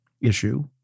issue